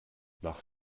nach